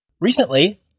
Recently